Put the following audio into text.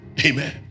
amen